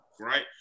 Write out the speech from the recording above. right